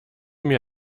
mir